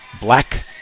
black